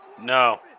No